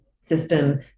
system